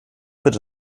bitte